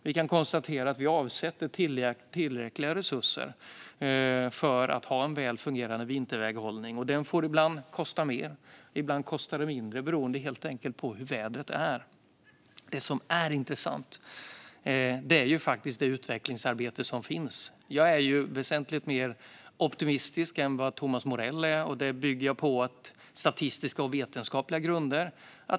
Vi kan konstatera att vi avsätter tillräckliga resurser för att ha en väl fungerande vinterväghållning. Den får ibland kosta mer och ibland mindre, beroende på hur vädret är, helt enkelt. Det som är intressant är det utvecklingsarbete som pågår. Jag är väsentligt mer optimistisk än Thomas Morell, och det bygger jag på statistiska och vetenskapliga grunder.